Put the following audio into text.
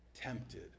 tempted